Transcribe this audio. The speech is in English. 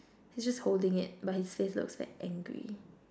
he's just holding it but his face looks like angry